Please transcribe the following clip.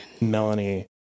Melanie